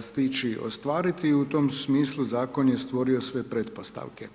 stići ostvariti i u tom smislu zakon je stvorio sve pretpostavke.